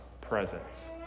presence